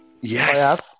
Yes